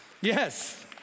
Yes